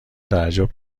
تعجب